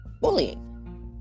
bullying